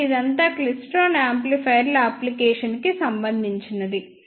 కాబట్టి ఇదంతా క్లైస్ట్రాన్ యాంప్లిఫైయర్ల అప్లికేషన్స్ కి సంబందించినది